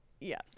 Yes